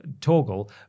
Toggle